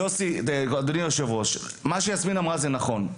אדוני היושב-ראש, יסמין אמרה דבר נכון.